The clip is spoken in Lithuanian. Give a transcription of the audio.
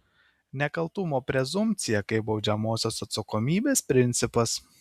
nekaltumo prezumpcija kaip baudžiamosios atsakomybės principas